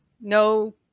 no